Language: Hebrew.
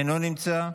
אינו נמצא,